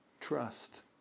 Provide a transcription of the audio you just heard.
trust